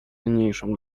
cenniejszą